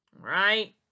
right